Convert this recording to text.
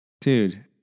Dude